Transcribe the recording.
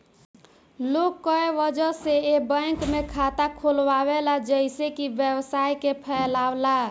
लोग कए वजह से ए बैंक में खाता खोलावेला जइसे कि व्यवसाय के फैलावे ला